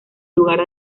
lugar